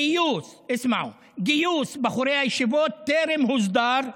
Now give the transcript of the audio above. גיוס, איסמעו, גיוס בחורי הישיבות טרם הוסדר,